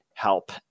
help